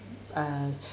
uh